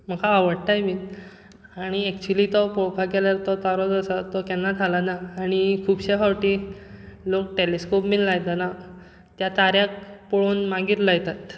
म्हाका आवडटाय बीन आनी तो ऍक्चूली पळोवपाक गेल्यार तो तारो जो आसा तो केन्नाच हालना आनी खुबश्या फावटी लोक टॅलॅस्कोप घेवन लायतना त्या ताऱ्याक पळोवन मागीर लायतात